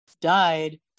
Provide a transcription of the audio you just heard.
died